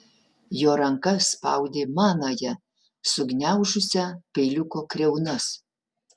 jo ranka spaudė manąją sugniaužusią peiliuko kriaunas